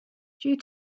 due